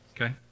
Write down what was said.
Okay